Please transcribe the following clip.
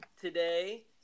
today